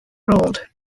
ruled